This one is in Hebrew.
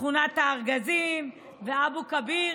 שכונת הארגזים ואבו כביר.